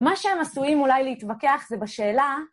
מה שהם עשויים אולי להתווכח זה בשאלה...